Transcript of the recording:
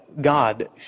God